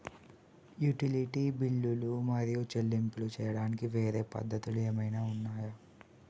Utility బిల్లులు మరియు చెల్లింపులు చేయడానికి వేరే పద్ధతులు ఏమైనా ఉన్నాయా?